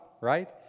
right